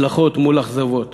הצלחות מול אכזבות,